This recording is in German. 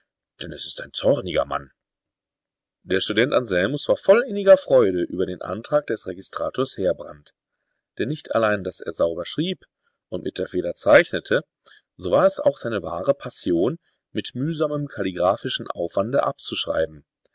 denn es ist ein zorniger mann der student anselmus war voll inniger freude über den antrag des registrators heerbrand denn nicht allein daß er sauber schrieb und mit der feder zeichnete so war es auch seine wahre passion mit mühsamem kalligraphischen aufwande abzuschreiben